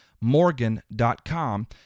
Morgan.com